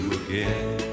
again